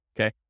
Okay